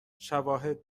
شواهد